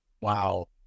Wow